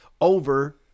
over